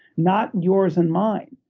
not yours and mine.